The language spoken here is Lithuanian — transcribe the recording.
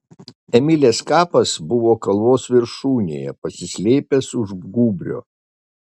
emilės kapas buvo kalvos viršūnėje pasislėpęs už gūbrio